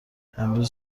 امروز